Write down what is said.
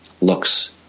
looks